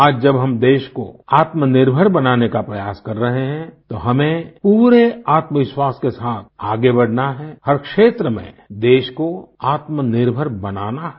आज जब हम देश को आत्मनिर्भर बनाने का प्रयास कर रहे हैं तो हमें पूरे आत्मविश्वास के साथ आगे बढ़ना है हर क्षेत्र में देश को आत्मनिर्भर बनाना है